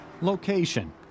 Location